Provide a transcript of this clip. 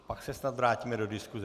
Pak se snad vrátíme do diskuse.